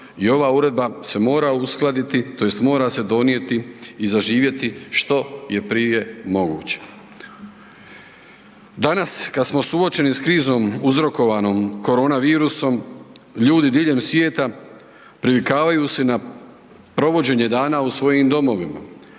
i ova uredba se mora uskladiti tj. mora se donijeti i zaživjeti što je prije moguće. Danas, kad smo suočeni s krizom korona virusom ljudi diljem svijeta privikavaju se na provođenje dana u svojim domovima.